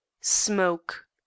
Smoke